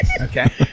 okay